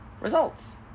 results